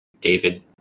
David